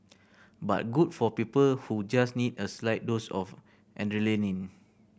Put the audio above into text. but good for people who just need a slight dose of adrenaline